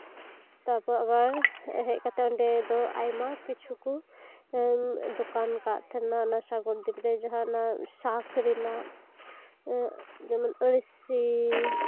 ᱛᱟᱨᱯᱚᱨᱮ ᱟᱵᱟᱨ ᱦᱮᱡ ᱠᱟᱛᱮ ᱚᱸᱰᱮ ᱫᱚ ᱟᱭᱢᱟ ᱠᱤᱪᱷᱩ ᱠᱚ ᱫᱚᱠᱟᱱ ᱟᱠᱟᱫ ᱛᱟᱦᱮᱸᱱᱟ ᱚᱱᱟ ᱥᱟᱜᱚᱨ ᱫᱤᱯ ᱨᱮ ᱡᱟᱸᱦᱟ ᱚᱱᱟ ᱥᱟᱸᱠ ᱨᱮᱱᱟᱜ ᱡᱮᱢᱚᱱ ᱟᱹᱨᱥᱤ